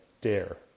dare